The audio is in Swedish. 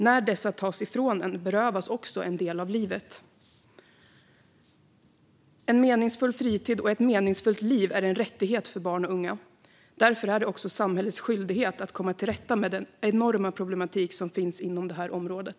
När dessa tas ifrån en berövas man också en del av livet. En meningsfull fritid och ett meningsfullt liv är en rättighet för barn och unga. Därför är det också samhällets skyldighet att komma till rätta med den enorma problematik som finns inom området.